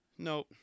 No